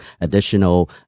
additional